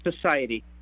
society